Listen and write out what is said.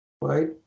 Right